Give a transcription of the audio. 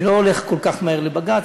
אני לא הולך כל כך מהר לבג"ץ,